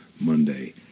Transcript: Monday